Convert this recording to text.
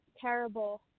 terrible